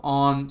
on